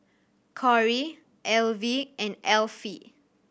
Corrie Alvie and Alfie